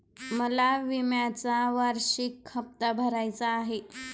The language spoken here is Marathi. मला विम्याचा वार्षिक हप्ता भरायचा आहे